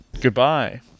Goodbye